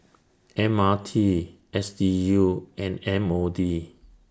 M R T S D U and M O D